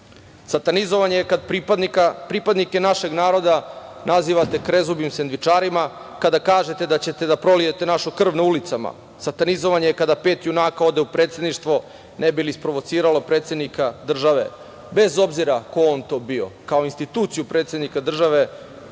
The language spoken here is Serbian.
Satanizovanje je pripadnike našeg naroda nazivate krezubim sendvičarima, kada kažete da ćete da prolijete našu krv na ulicama. Satanizovanje je kada pet junaka ode u predsedništvo ne bili isprovociralo predsednika države, bez obzira ko on to bio, kao instituciju predsednika države